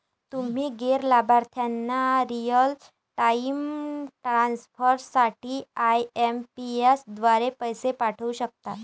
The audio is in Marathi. तुम्ही गैर लाभार्थ्यांना रिअल टाइम ट्रान्सफर साठी आई.एम.पी.एस द्वारे पैसे पाठवू शकता